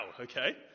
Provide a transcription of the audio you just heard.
okay